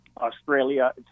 Australia